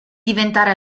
diventare